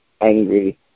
angry